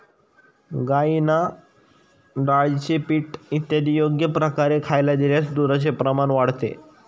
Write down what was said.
गाईंना डाळीचे पीठ इत्यादी योग्य प्रकारे खायला दिल्यास दुधाचे प्रमाण वाढते